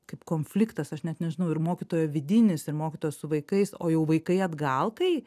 kaip konfliktas aš net nežinau ir mokytojo vidinis ir mokytojo su vaikais o jau vaikai atgal tai